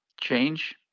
change